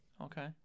okay